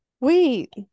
Wait